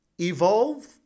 Evolve